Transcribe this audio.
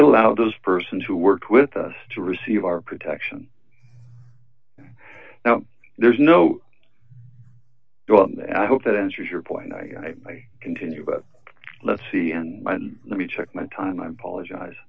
allow those persons who work with us to receive our protection now there's no well i hope that answers your point i continue but let's see let me check my time i apologize